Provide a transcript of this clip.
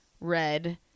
red